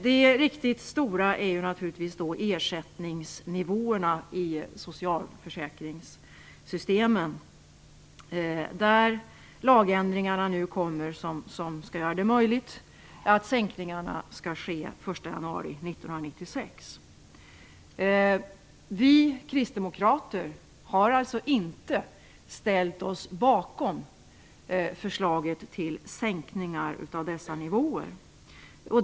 Den riktigt stora frågan är naturligtvis ersättningsnivåerna i socialförsäkringssystemen, där lagändringarna nu kommer som skall göra det möjligt att sänkningarna sker den 1 januari 1996. Vi kristdemokrater har alltså inte ställt oss bakom förslaget till sänkningar av dessa nivåer.